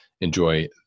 enjoy